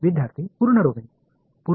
विद्यार्थीः पूर्ण डोमेन